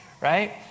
right